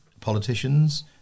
politicians